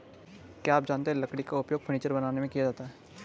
क्या आप जानते है लकड़ी का उपयोग फर्नीचर बनाने में किया जाता है?